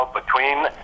between-